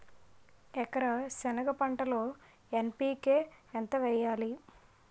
ఎకర సెనగ పంటలో ఎన్.పి.కె ఎంత వేయాలి?